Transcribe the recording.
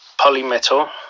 Polymetal